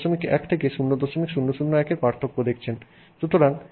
সুতরাং আমরা কেবল 2 ক্রমের মানের ব্যবধান করছি